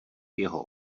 jeho